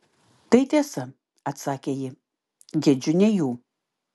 tai tiesa atsakė ji gedžiu ne jų